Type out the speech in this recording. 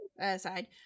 aside